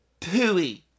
pooey